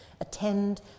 attend